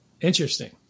Interesting